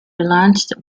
relaunched